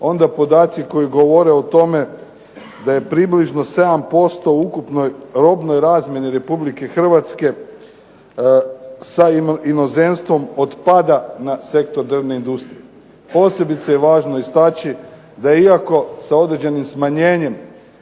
onda podaci koji govore o tome da je približno 7% u ukupnoj robnoj razmjeni Republike Hrvatske sa inozemstvom od pada na sektor drvne industrije. Posebice je važno istaći da iako sa određenim smanjenjem